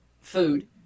food